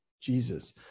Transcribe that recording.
Jesus